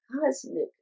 cosmic